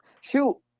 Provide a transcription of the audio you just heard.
Shoot